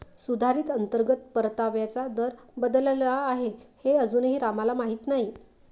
सुधारित अंतर्गत परताव्याचा दर बदलला आहे हे अजूनही रामला माहीत नाही